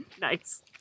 Nice